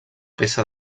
peça